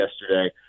yesterday